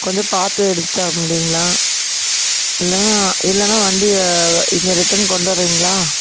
கொஞ்சம் பார்த்து எடுத்துத்தர முடியுங்களா இல்லைனா இல்லைனா வண்டியை இங்கே ரிட்டன் கொண்டு வரீங்களா